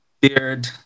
beard